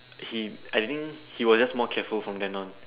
he I think he was just more careful from then on